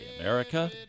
America